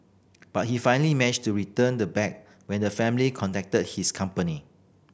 but he finally managed to return the bag when the family contacted his company